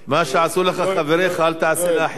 מה שעשו לך חבריך, אל תעשה לאחרים.